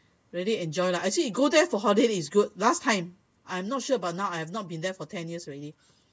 really enjoy lah actually you go there for holiday it's good last time I'm not sure but now I have not been there for ten years already